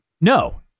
No